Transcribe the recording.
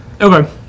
Okay